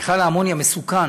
מכל האמוניה מסוכן,